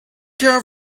care